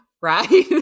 right